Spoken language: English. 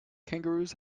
kangaroos